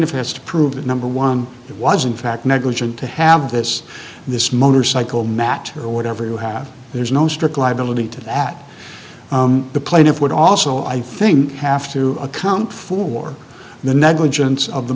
ff has to prove that number one it was in fact negligent to have this this motorcycle matter whatever you have there's no strict liability to that the plaintiff would also i think have to account for the negligence of the